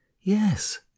Yes